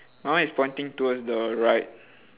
my one is pointing towards the right